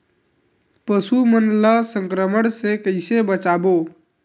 पशु मन ला संक्रमण से कइसे बचाबो?